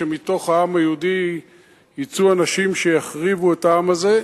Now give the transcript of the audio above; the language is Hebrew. שמתוך העם היהודי יצאו אנשים שיחריבו את העם הזה,